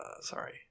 sorry